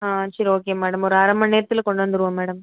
ஆ சரி okay madam ஒரு அரை மண்நேரத்தில் கொண்டு வந்துருவோம் மேடம்